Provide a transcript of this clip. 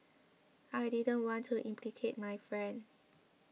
I didn't want to implicate my friend